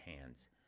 hands